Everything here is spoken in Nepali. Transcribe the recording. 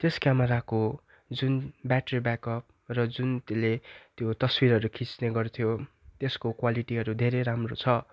त्यस क्यामराको जुन ब्याट्री ब्याकअप र जुन त्यसले त्यो तस्विरहरू खिच्ने गर्थ्यो त्यसको क्वालिटीहरू धेरै राम्रो छ